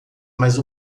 mas